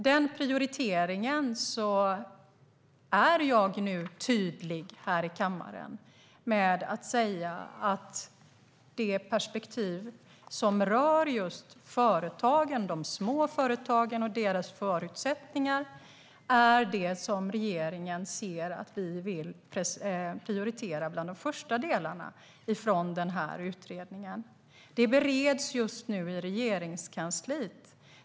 Jag är nu tydlig här i kammaren med att frågan om de små företagen och deras förutsättningar hör till de delar av den här utredningen som regeringen vill prioritera främst. Detta bereds just nu i Regeringskansliet.